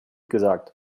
gesagt